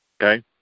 okay